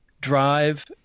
drive